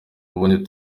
ubundi